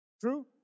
True